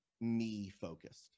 me-focused